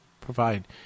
provide